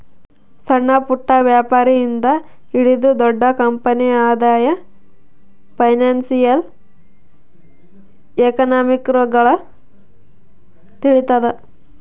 ಸಣ್ಣಪುಟ್ಟ ವ್ಯಾಪಾರಿ ಇಂದ ಹಿಡಿದು ದೊಡ್ಡ ಕಂಪನಿ ಆದಾಯ ಫೈನಾನ್ಶಿಯಲ್ ಎಕನಾಮಿಕ್ರೊಳಗ ತಿಳಿತದ